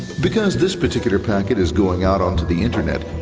because this particular packet is going out on to the internet,